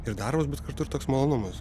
ir darbas bet kartu ir toks malonumas